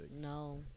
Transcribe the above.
No